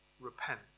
Repent